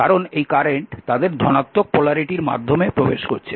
কারণ এই কারেন্ট তাদের ধনাত্মক পোলারিটির মাধ্যমে প্রবেশ করছে